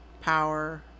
power